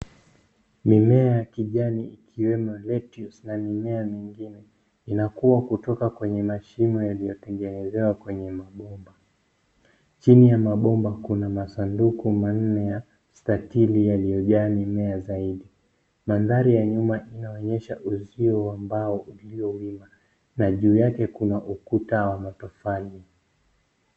Mimea ya kijani Ikiwemo lettuce na mimea mingine inakuwa kutoka kwenye mashimo yaliyotengenezwa kwenye mabomba, chini kuna masanduku manne ya statili yaliyojaa mimea zaidi mandhari ya nyuma inaonyesha usio ambao uliyoulima na juu yake kuna ukuta wa matofali.